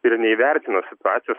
ir neįvertino situacijos